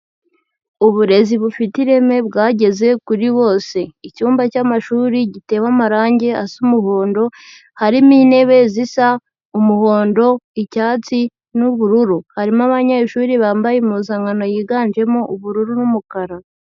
Uburezi bufite ireme bwageze kuri bose, icyumba cy'amashuri gitewe amarangi asa umuhondo, harimo intebe zisa umuhondo, icyatsi n'ubururu, harimo abanyeshuri bambaye impuzankano yiganjemo ubururu n'umukara.